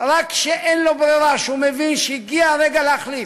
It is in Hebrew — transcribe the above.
רק כשאין לו ברירה, כשהוא מבין שהגיע הרגע להחליט,